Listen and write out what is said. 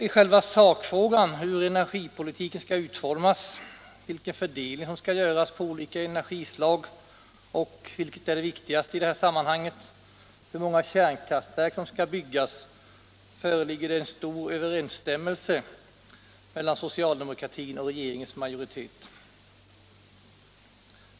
I själva sakfrågan — hur energipolitiken skall utformas, vilken fördelning som skall göras på olika energislag och, vilket är det viktigaste i det här sammanhanget, hur många kärnkraftverk som skall byggas — föreligger det en stor överensstämmelse mellan socialdemokratin och regeringens majoritet.